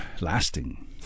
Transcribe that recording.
lasting